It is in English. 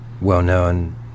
well-known